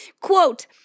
Quote